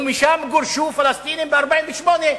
ומשם גורשו פלסטינים ב-1948,